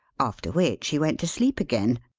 after which, he went to sleep again.